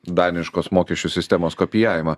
daniškos mokesčių sistemos kopijavimą